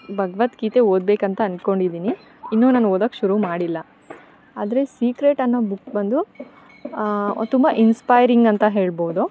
ಭಗ್ವದ್ಗೀತೆ ಓದ್ಬೇಕು ಅಂತ ಅನ್ಕೊಂಡಿದೀನಿ ಇನ್ನು ನಾನು ಓದೋಕ್ ಶುರು ಮಾಡಿಲ್ಲ ಆದರೆ ಸೀಕ್ರೆಟ್ ಅನ್ನೋ ಬುಕ್ ಬಂದು ತುಂಬ ಇನ್ಸ್ಪೈರಿಂಗ್ ಅಂತ ಹೇಳ್ಬೋದು